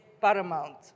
paramount